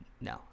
no